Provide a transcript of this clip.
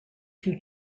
two